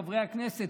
חברי הכנסת,